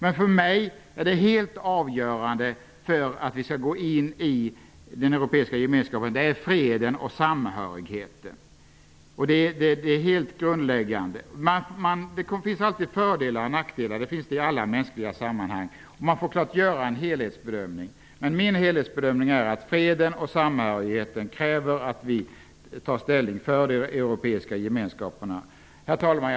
Men för mig är freden och samhörigheten helt avgörande för att vi skall gå med i den europeiska gemenskapen. Detta är helt grundläggande. Det finns alltid fördelar och nackdelar i alla mänskliga sammanhang. Det måste göras en helhetsbedömning. Min helhetsbedömning är att freden och samhörigheten kräver att vi tar ställning för de europeiska gemenskaperna. Herr talman!